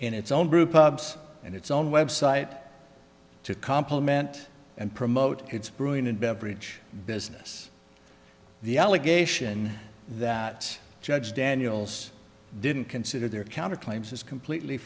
in its own brewpubs and its own website to compliment and promote its brewing and beverage business the allegation that judge daniels didn't consider their co